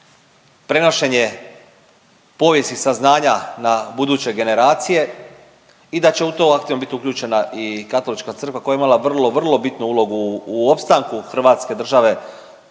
prenošenje povijesnih saznanja na buduće generacije i da će u to aktivno biti uključena i katolička crkva koja je imala vrlo, vrlo bitnu ulogu u opstanku Hrvatske države